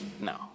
No